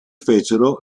fecero